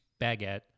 baguette